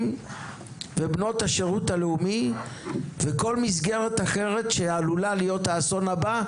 בנות השירות הלאומי וכל מסגרת אחרת שעלול להיות בה האסון הבא,